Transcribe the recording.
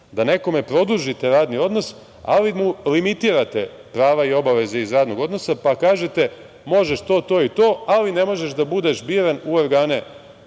da nekome produžite radni odnos, ali mu limitirate pravo i obaveze iz radnog odnosa, pa kažete – možeš to, to i to, ali ne možeš da budeš biran u organe,